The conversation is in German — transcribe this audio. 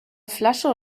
flasche